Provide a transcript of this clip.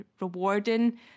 rewarding